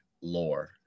lore